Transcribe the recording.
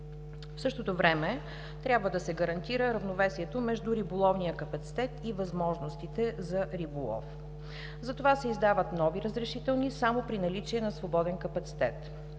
В същото време трябва да се гарантира равновесието между риболовния капацитет и възможностите за риболов. За това се издават нови разрешителни само при наличие на свободен капацитет.